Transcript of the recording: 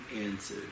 answer